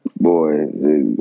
Boy